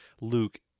Luke